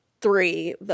three